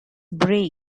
brave